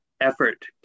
effort